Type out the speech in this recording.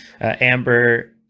Amber